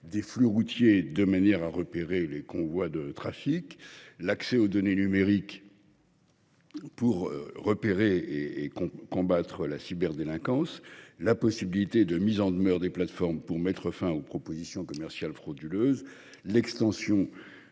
des flux routiers pour repérer les convois de trafics ; à l’accès aux données numériques pour repérer et combattre la cyberdélinquance ; à la possibilité de mise en demeure des plateformes pour mettre fin aux propositions commerciales frauduleuses ; enfin,